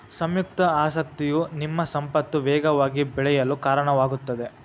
ಸಂಯುಕ್ತ ಆಸಕ್ತಿಯು ನಿಮ್ಮ ಸಂಪತ್ತು ವೇಗವಾಗಿ ಬೆಳೆಯಲು ಕಾರಣವಾಗುತ್ತದೆ